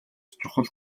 чухал